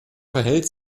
verhält